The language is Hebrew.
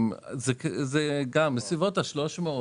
בסביבות ה-300.